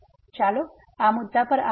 તેથી ચાલો આ મુદ્દા પર આવીએ